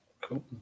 cool